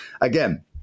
Again